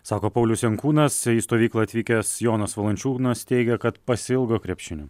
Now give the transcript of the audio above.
sako paulius jankūnas į stovyklą atvykęs jonas valančiūnas teigia kad pasiilgo krepšinio